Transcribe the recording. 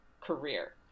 career